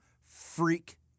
freak